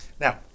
now